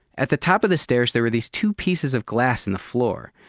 at the top of the stairs there were these two pieces of glass in the floor,